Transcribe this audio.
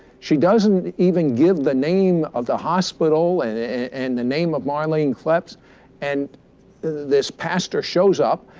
she doesn't even give the name of the hospital and and the name of marlene klepees and this pastor shows up.